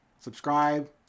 subscribe